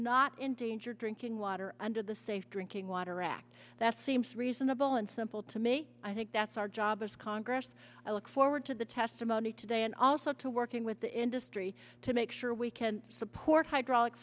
not endanger drinking water under the safe drinking water act that seems reasonable and simple to me i think that's our job as congress i look forward to the testimony today and also to working with the industry to make sure we can support hydraulic